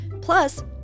Plus